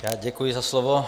Já děkuji za slovo.